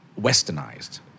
westernized